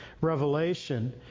Revelation